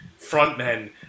frontmen